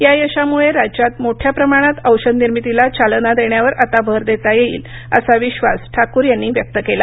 या यशामुळे राज्यात मोठ्या प्रमाणांत औषधनिर्मितीला चालना देण्यावर आता भर देता येईल असा विश्वास ठाकूर यांनी व्यक्त केला